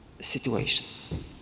situation